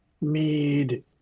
mead